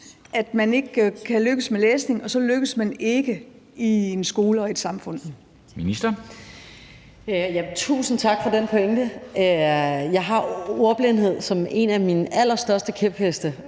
at hvis ikke man lykkes med læsning, så lykkes man ikke i en skole og i et samfund.